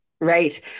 Right